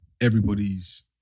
everybody's